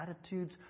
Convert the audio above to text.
attitudes